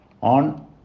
on